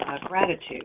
gratitude